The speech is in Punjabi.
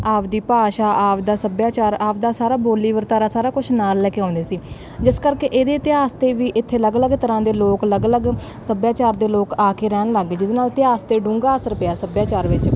ਆਪਣੀ ਭਾਸ਼ਾ ਆਪਣਾ ਸੱਭਿਆਚਾਰ ਆਪਣਾ ਸਾਰਾ ਬੋਲੀ ਵਰਤਾਰਾ ਸਾਰਾ ਕੁਛ ਨਾਲ ਲੈ ਕੇ ਆਉਂਦੇ ਸੀ ਜਿਸ ਕਰਕੇ ਇਹਦੇ ਇਤਿਹਾਸ 'ਤੇ ਵੀ ਇੱਥੇ ਅਲੱਗ ਅਲੱਗ ਤਰ੍ਹਾਂ ਦੇ ਲੋਕ ਅਲੱਗ ਅਲੱਗ ਸੱਭਿਆਚਾਰ ਦੇ ਲੋਕ ਆ ਕੇ ਰਹਿਣ ਲੱਗ ਗਏ ਜਿਹਦੇ ਨਾਲ ਇਤਿਹਾਸ 'ਤੇ ਡੂੰਘਾ ਅਸਰ ਪਿਆ ਸੱਭਿਆਚਾਰ ਵਿੱਚ